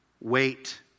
wait